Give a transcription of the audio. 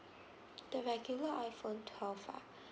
iPhone twelve ah